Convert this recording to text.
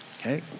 Okay